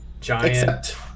Giant